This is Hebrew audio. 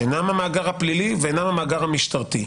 שאינם המאגר הפלילי ואינם המאגר המשטרתי,